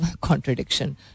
Contradiction